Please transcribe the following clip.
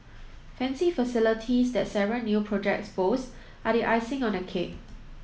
fancy facilities that several new projects boast are the icing on the cake